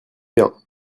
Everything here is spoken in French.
bien